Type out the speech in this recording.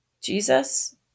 Jesus